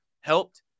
helped